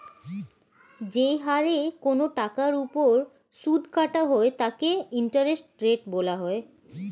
যে হারে কোন টাকার উপর সুদ কাটা হয় তাকে ইন্টারেস্ট রেট বলা হয়